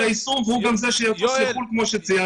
היישום והוא גם זה שיטוס לשם כמו שציינתי.